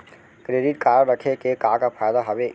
Credit card रखे के का का फायदा हवे?